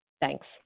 Thanks